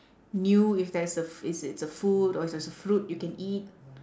knew if there's a f~ it's it's a food or it's a fruit you can eat